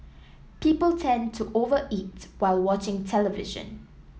people tend to over eat while watching television